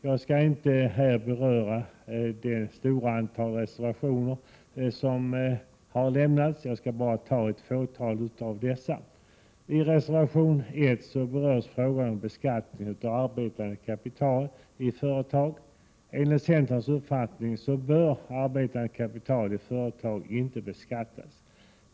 Jag skall inte här beröra det stora antal reservationer som har avlämnats utan bara ta upp ett fåtal av dessa. I reservation 1 berörs frågan om beskattning av arbetande kapital i företag. Enligt centerns uppfattning bör arbetande kapital i företag inte beskattas.